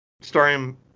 Starring